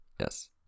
Yes